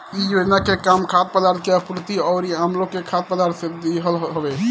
इ योजना के काम खाद्य पदार्थ के आपूर्ति अउरी आमलोग के खाद्य पदार्थ देहल हवे